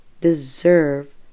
deserve